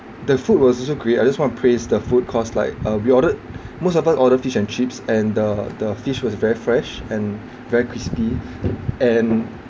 the food was also great I just want to praise the food cause like uh we ordered most of us ordered fish and chips and the the fish was very fresh and very crispy and